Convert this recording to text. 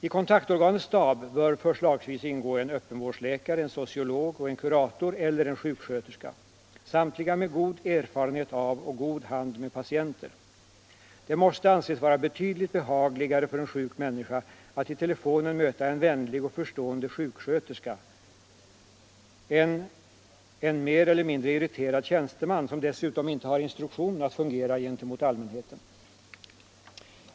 I kontaktorganets stab bör förslagsvis ingå en öppenvårdsläkare, en sociolog och en kurator eller sjuksköterska - samtliga med god erfarenhet och god hand med patienter. Det måste anses vara betydligt behagligare för en sjuk människa att i telefonen möta en vänlig och förstående sjuksköterska än en mer eller mindre irriterad tjänsteman, som dessutom inte har instruktion att fungera gentemot allmänheten.